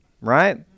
right